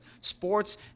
sports